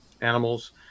animals